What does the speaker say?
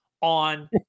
on